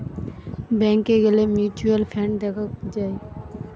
ব্যাংকে গ্যালে mutual fund দেখা যায়